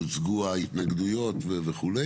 יוצגו ההתנגדויות וכו'.